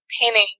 painting